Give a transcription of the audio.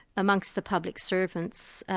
amongst the public servants,